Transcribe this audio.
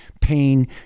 pain